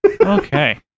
Okay